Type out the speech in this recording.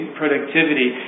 productivity